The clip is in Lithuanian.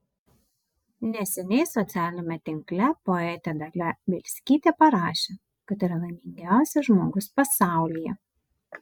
neseniai socialiniame tinkle poetė dalia bielskytė parašė kad yra laimingiausias žmogus pasaulyje